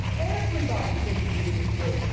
everybody seems to be against job.